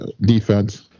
defense